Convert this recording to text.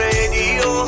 Radio